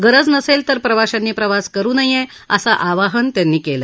गरज नसेल तर प्रवाशांनी प्रवास करू नये असे आवाहन त्यांनी केले